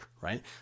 right